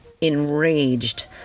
Enraged